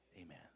amen